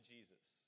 Jesus